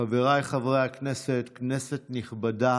חבריי חברי הכנסת, כנסת נכבדה,